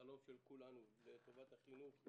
חלום של כולנו לטובת החינוך,